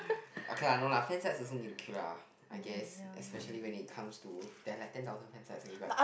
okay lah no lah handsets also need to queue lah I guess especially when it comes to there are like ten thousand handsets only but